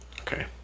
Okay